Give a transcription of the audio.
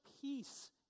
peace